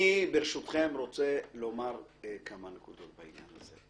ברשותכם, אני רוצה לומר כמה נקודות בעניין הזה.